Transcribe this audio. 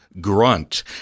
Grunt